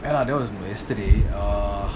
ya lah that was about yesterday uh